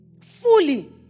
fully